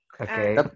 Okay